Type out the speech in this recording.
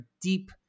deep